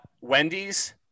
Wendy's